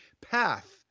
path